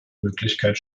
möglichkeit